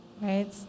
right